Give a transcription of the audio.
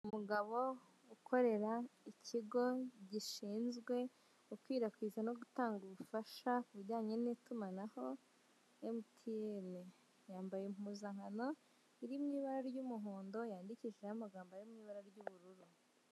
Umugabo ukorera ikigo gishinzwe gukwirakwiza no gutanga ubufasha kubijyanye n'itumanaho MTN. Yambaye impuzankano irimo ibara ry'umuhondo yandikishijeho amagambo yo mu ibara ry'ubururu.